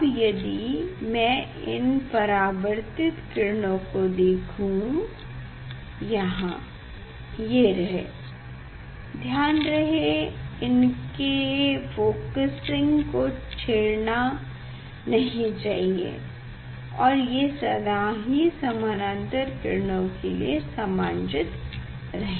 अब यदि मैं इन परावर्तित किरणों को देखूँ यहाँ ये रहे ध्यान रहे इनके फोकसींग को छेड़ना नहीं चाहिए और ये सदा ही समानांतर किरणों के लिए समांजित रहे